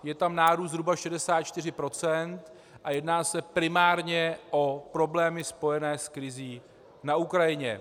Je tam nárůst zhruba 64 % a jedná se primárně o problémy spojené s krizí na Ukrajině.